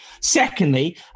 Secondly